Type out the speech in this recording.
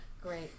Great